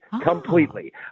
Completely